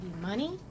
money